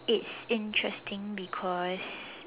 it's interesting because